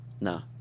No